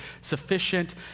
sufficient